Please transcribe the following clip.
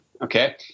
Okay